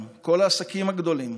כל העסקים הגדולים,